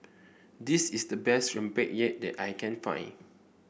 this is the best Rempeyek that I can find